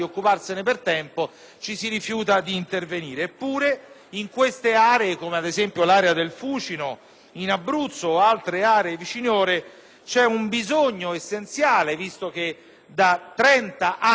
in queste aree, come ad esempio quella del Fucino in Abruzzo o altre viciniore, c'è un bisogno essenziale, visto che da trent'anni non si realizzano opere di alcun tipo per migliorare